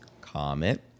comment